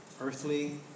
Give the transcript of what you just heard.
earthly